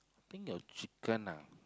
think your chicken lah